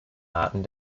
arten